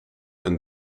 een